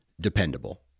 dependable